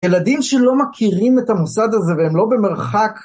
ילדים שלא מכירים את המוסד הזה והם לא במרחק.